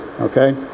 okay